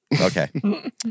Okay